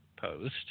post